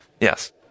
Yes